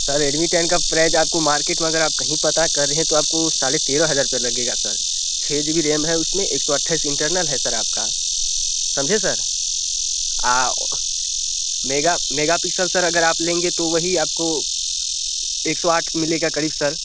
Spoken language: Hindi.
सर रेडमी टेन का प्राइज आपको मार्किट में कहीं पता कर रहे हैं तो आपको साढ़े तेरह हज़ार रूपये लगेगा सर छः जी बी रेम है उसमें एक सौ अट्ठाईस इंटरनल है सर आपका समझे सर और मेगा मेगा पिक्सेल सर आप लेंगे तो वही आपको एक सौ आठ मिलेगा क़रीब सर